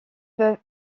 peuvent